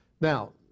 Now